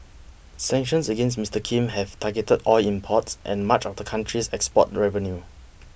sanctions against Mister Kim have targeted oil imports and much of the country's export revenue